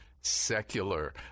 secular